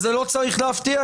זה לא צריך להפתיע,